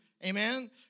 Amen